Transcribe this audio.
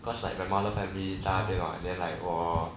cause like my mother's family 再那边 what then like 我